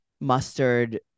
mustard